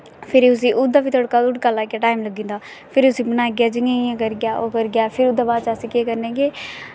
फिर ओह्दा बी तड़का तुड़का लाइयै टाईम लग्गी जंदा फिर उस्सी बनाइयै जि'यां जि'यां करियै फिर ओह्दै बाद अस केह् करने कि